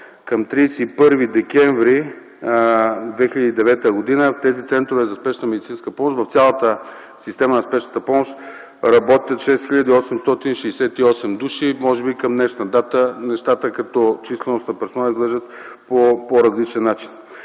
Към 31 декември 2009 г. в тези центрове за Спешна медицинска помощ в цялата система на Спешната помощ работят 6868 души. Може би към днешна дата нещата като численост на персонала изглеждат по различен начин.